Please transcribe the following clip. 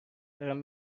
دارم